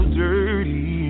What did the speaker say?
dirty